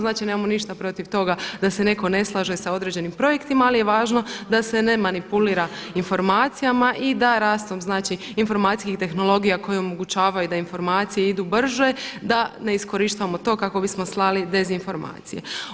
Znači, nemamo ništa protiv toga da se netko ne slaže sa određenim projektima, ali je važno da se ne manipulira informacijama i da rastom, znači informacijskih tehnologija koje omogućavaju da informacije idu brže da ne iskorištavamo to kako bismo slali dezinformacije.